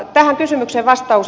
tähän kysymykseen vastaus